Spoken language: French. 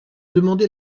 demandé